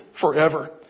forever